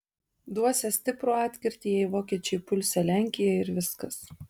duosią stiprų atkirtį jei vokiečiai pulsią lenkiją ir viskas